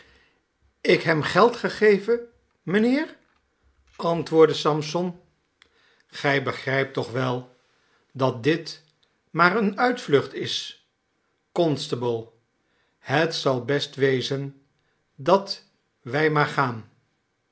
ik hem geld gegeven mijnheer antwoordde sampson gij begrijpt toch wel dat dit maar eene uitvlucht is constable het zal best wezen dat wij maar gaan